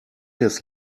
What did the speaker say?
his